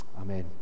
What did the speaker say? Amen